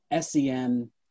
SEM